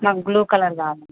మాకు blue colour కావాలి